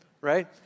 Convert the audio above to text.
right